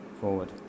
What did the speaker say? forward